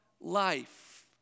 life